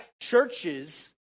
Churches